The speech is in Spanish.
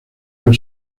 del